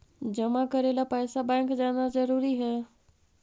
जमा करे ला पैसा बैंक जाना जरूरी है?